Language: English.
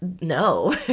no